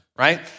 right